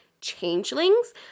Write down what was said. changelings